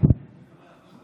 עשר